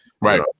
right